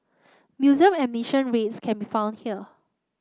museum admission rates can be found here